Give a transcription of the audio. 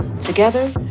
Together